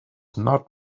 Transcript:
not